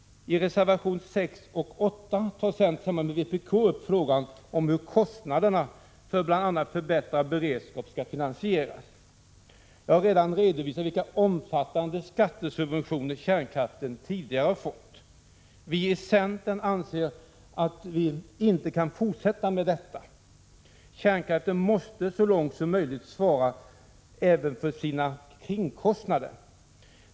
I reservationerna 6 och 8 tar centern tillsammans med vpk upp frågan om hur kostnaderna för bl.a. förbättrad beredskap skall finansieras. Jag har redan redovisat vilka omfattande skattesubventioner kärnkraften tidigare har fått. Vi i centern anser att vi inte kan fortsätta med detta. Kärnkraften måste så långt som möjligt svara även för sina kringkostnader.